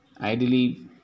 Ideally